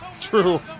True